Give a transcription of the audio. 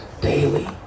daily